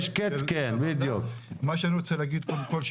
מה שאני רוצה להגיד קודם כל,